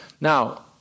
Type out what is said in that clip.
Now